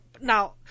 Now